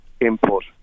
input